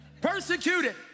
persecuted